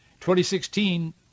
2016